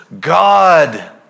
God